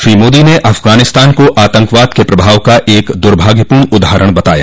श्री मोदी ने अफगानिस्तान को आतंकवाद के प्रभाव का एक द्रभाग्यपूर्ण उदाहरण बताया